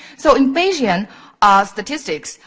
so, in bayesian statistics,